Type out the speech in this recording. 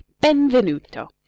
Benvenuto